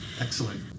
Excellent